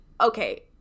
Okay